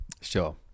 Sure